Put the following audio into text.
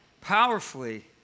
Powerfully